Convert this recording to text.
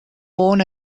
born